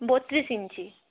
বত্রিশ ইঞ্চি